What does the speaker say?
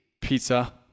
pizza